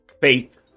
faith